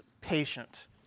patient